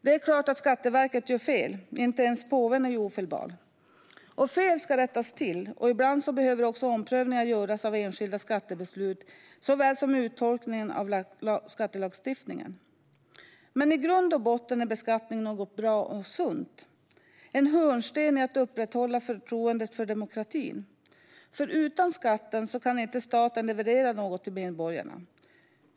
Det är klart att Skatteverket gör fel. Inte ens påven är ju ofelbar. Fel ska rättas till. Ibland behöver också omprövningar göras av enskilda skattebeslut såväl som av uttolkningen av skattelagstiftningen. Men i grund och botten är beskattning något bra och sunt. Det är en hörnsten i att upprätthålla förtroendet för demokratin, för utan skatter kan staten inte leverera något till medborgarna.